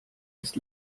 ist